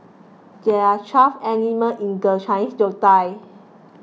there are twelve animals in the Chinese zodiac